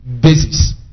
basis